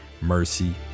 Mercy